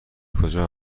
کجا